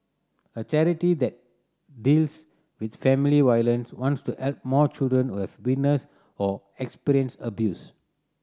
a charity that deals with family violence wants to help more children who have witnessed or experienced abuse